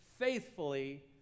faithfully